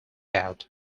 out